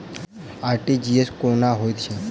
RTGS कोना होइत छै?